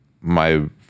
my-